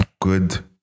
good